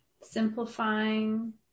simplifying